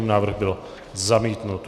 Návrh byl zamítnut.